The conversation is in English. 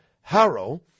Harrow